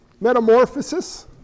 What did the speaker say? Metamorphosis